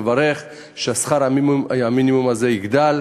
על כך ששכר המינימום יגדל.